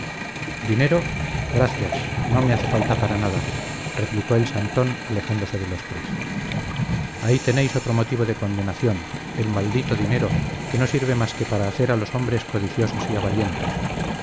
dinero gracias no me hace falta para nada replicó el santón alejándose de los tres ahí tenéis otro motivo de condenación el maldito dinero que no sirve más que para hacer a los hombres codiciosos y avarientos